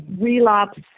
relapse